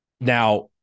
Now